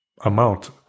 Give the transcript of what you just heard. amount